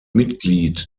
mitglied